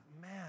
man